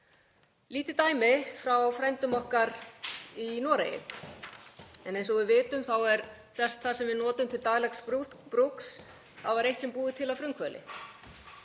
Lítið dæmi frá frændum okkar í Noregi, en eins og við vitum var flest það sem við notum til daglegs brúks eitt sinn búið til af frumkvöðli.